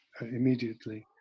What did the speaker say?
immediately